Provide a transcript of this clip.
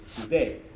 today